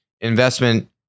investment